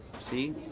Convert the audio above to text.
see